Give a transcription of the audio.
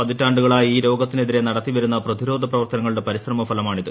പതിറ്റാണ്ടുകളായി ഈ രോഗത്തിനെതിരെ നടത്തിവരുന്ന പ്രതിരോധ പ്രവർത്തനങ്ങളുടെ പരിശ്രമഫലമാണിത്